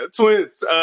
twins